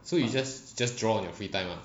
so you just just draw on your free time lah